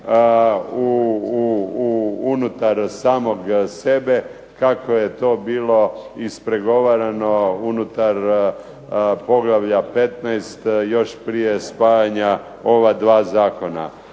unutar samog sebe kako je to bilo ispregovarano unutar poglavlja 15. još prije spajanja ova dva zavoda,